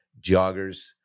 Joggers